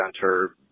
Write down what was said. center